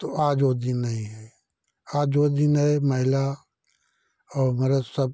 तो आज ओ दिन नहीं है आज वो दिन है महिला और मर्द सब